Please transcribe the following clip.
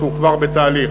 שהוא כבר בתהליך,